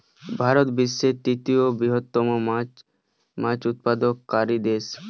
ভারত বিশ্বের তৃতীয় বৃহত্তম মাছ উৎপাদনকারী দেশ